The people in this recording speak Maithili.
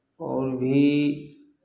आओर भी